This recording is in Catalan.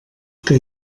que